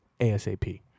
asap